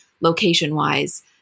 location-wise